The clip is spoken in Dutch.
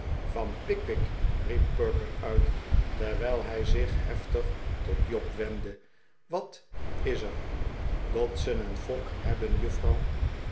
van pickwick riep perker uit terwijl hij zich hef'tig tot job wendde wat is er dodson en fogg hebben